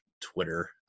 twitter